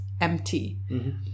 empty